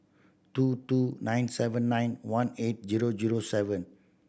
two two nine seven nine one eight zero zero seven